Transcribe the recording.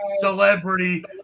Celebrity